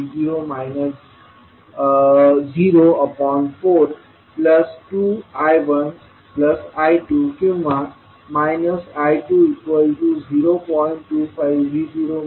0V0 042I1I2 किंवा I20